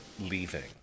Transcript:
leaving